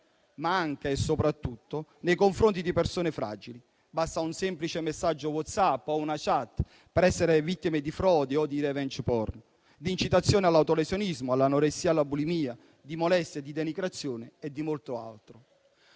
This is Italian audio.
ma anche e soprattutto nei confronti di persone fragili. Basta un semplice messaggio WhatsApp o una *chat* per essere vittime di frodi o di *revenge porn*, di incitazione all'autolesionismo, all'anoressia o alla bulimia, di molestie, di denigrazione e di molto altro.